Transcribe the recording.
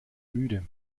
müde